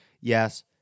Yes